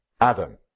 Adam